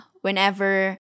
whenever